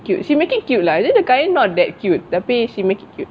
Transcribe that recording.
cute she make it cute lah then the kain not that cute tapi she make it cute